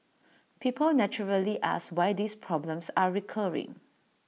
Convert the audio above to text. people naturally ask why these problems are recurring